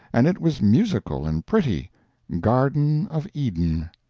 and it was musical and pretty garden of eden.